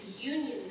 union